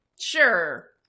Sure